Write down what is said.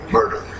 Murder